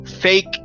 fake